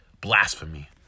blasphemy